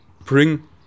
bring